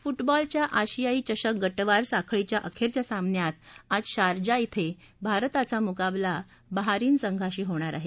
फुटबॉलच्या आशियाई कप गटवार साखळीच्या अखेरच्या सामन्यात आज शारजा क्रें भारताचा मुकाबला बहरीन संघाशी होणार आहे